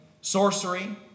sorcery